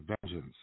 vengeance